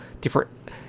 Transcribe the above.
different